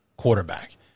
quarterback